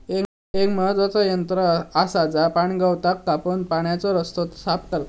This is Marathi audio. एक महत्त्वाचा यंत्र आसा जा पाणगवताक कापून पाण्याचो रस्तो साफ करता